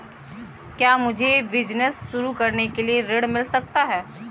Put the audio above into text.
क्या मुझे बिजनेस शुरू करने के लिए ऋण मिल सकता है?